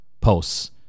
posts